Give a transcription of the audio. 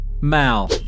Mal